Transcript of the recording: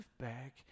back